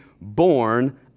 born